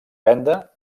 venda